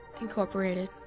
Incorporated